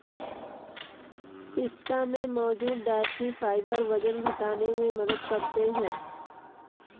पिस्ता में मौजूद डायट्री फाइबर वजन घटाने में मदद करते है